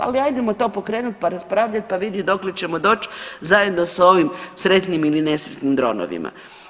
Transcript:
Pa hajdemo to pokrenuti pa raspravljati pa vidjeti dokle ćemo doći zajedno sa ovim sretnim ili nesretnim dronovima.